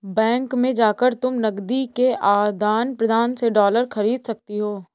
bank में जाकर तुम नकदी के आदान प्रदान से डॉलर खरीद सकती हो